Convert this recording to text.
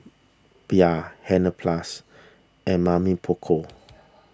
Bia Hansaplast and Mamy Poko